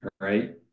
Right